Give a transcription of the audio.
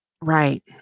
Right